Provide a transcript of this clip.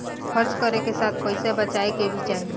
खर्च करे के साथ पइसा बचाए के भी चाही